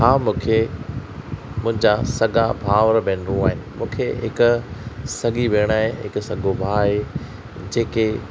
हा मूंखे मुंहिंजा सगा भाउर भेनरूं आहिनि मूंखे हिकु सगी भेण आहे ऐं हिकु सगो भाउ आहे जेके